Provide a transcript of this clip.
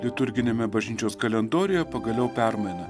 liturginiame bažnyčios kalendoriuje pagaliau permaina